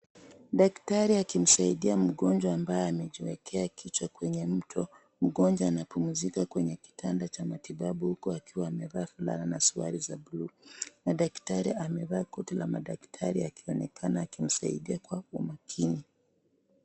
Daktari akimsaidia mgonjwa ambaye amejiwekea kichwa kwenye mto. Mgonjwa anapumzika kwenye kitanda cha matibabu huku akiwa amevaa vulana na suruali za blue .Na daktari amevaa koti la madaktari, akionekana akimsaidia kwa umakini.